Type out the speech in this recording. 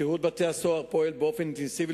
שירות בתי-הסוהר פועל באופן אינטנסיבי